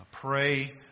pray